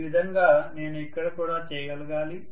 ఈ విధంగా నేను ఇక్కడ కూడా చేయగలగాలి